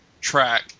track